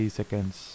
seconds